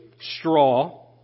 straw